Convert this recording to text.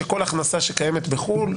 שכל הכנסה שקיימת בחו"ל,